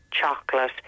chocolate